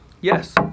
yes